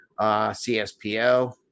CSPO